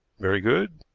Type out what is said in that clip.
very good,